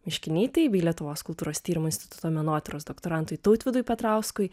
miškinytei bei lietuvos kultūros tyrimo instituto menotyros doktorantui tautvydui petrauskui